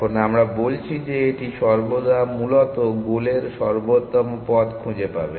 এখন আমরা বলছি যে এটি সর্বদা মূলত গোলের সর্বোত্তম পথ খুঁজে পাবে